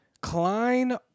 Klein